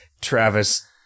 Travis